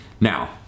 Now